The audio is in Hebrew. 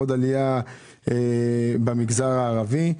עוד עלייה במגזר הערבי.